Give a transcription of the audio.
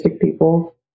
people